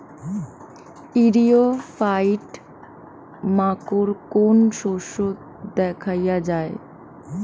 ইরিও ফাইট মাকোর কোন শস্য দেখাইয়া যায়?